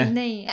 no